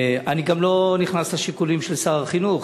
אני גם לא נכנס לשיקולים של שר החינוך,